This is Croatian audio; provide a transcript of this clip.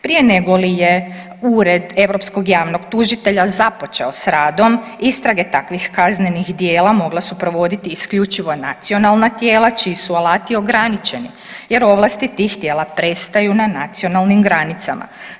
Prije nego li je Ured europskog javnog tužitelja započeo s radom, istrage takvih kaznenih djela mogla su provoditi isključivo nacionalna tijela, čiji su alati ograničeni jer ovlasti tih tijela prestaju na nacionalnim granicama.